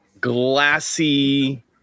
glassy